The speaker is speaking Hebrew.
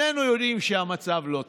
שנינו יודעים שהמצב לא טוב,